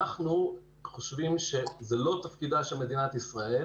אנחנו חושבים שזה לא תפקידה של מדינת ישראל